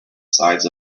sides